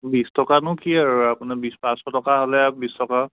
বিশ টকানো কি আৰু আপোনাৰ বিশ পাঁচশ টকা হ'লে বিশ টকা